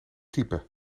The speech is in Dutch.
type